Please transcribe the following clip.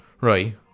right